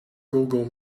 google